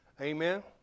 Amen